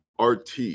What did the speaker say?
RT